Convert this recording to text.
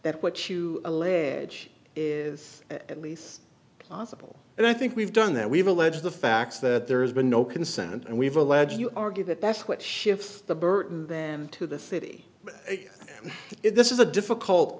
that what you allege is at least possible and i think we've done that we've alleged the facts that there's been no consent and we've alleged you argue that that's what shifts the burden then to the city if this is a difficult